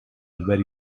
very